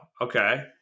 okay